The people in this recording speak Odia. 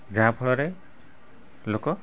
ଯାହାଫଳରେ ଲୋକ